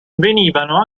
venivano